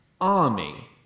army